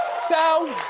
so.